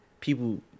people